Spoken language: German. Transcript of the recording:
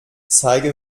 zeige